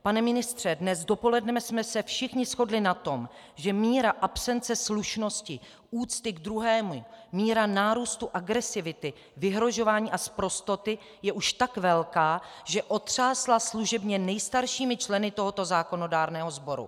Pane ministře, dnes dopoledne jsme se všichni shodli na tom, že míra absence slušnosti, úcty k druhému, míra nárůstu agresivity, vyhrožování a sprostoty je už tak velká, že otřásla služebně nejstaršími členy tohoto zákonodárného sboru.